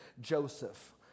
Joseph